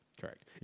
Correct